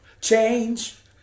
change